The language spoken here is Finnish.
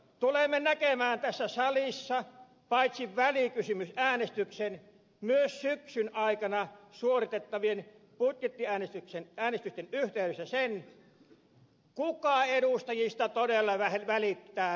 tulemme näkemään tässä salissa paitsi välikysymysäänestyksen myös syksyn aikana suoritettavien budjettiäänestysten yhteydessä sen kuka edustajista todella välittää lähimmäisistään